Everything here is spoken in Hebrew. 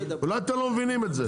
אולי אתם לא מבינים את זה.